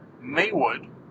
Maywood